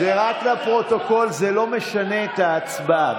זה רק לפרוטוקול, זה לא משנה את ההצבעה.